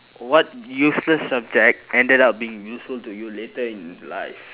what useless subject ended up being useful to you later in life